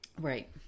Right